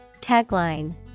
Tagline